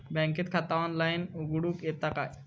बँकेत खाता ऑनलाइन उघडूक येता काय?